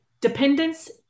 dependence